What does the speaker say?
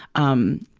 um,